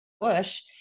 push